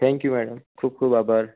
thank you madam ખૂબ ખૂબ આભાર